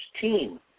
team